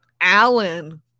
Alan